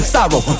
Sorrow